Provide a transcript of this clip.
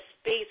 space